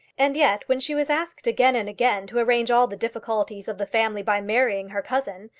and yet when she was asked again and again to arrange all the difficulties of the family by marrying her cousin,